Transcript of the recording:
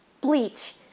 Bleach